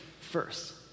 first